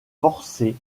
forcée